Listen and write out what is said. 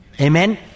Amen